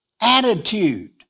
attitude